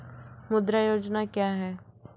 मुद्रा योजना क्या है?